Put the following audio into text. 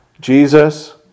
Jesus